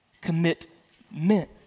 Commitment